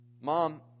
Mom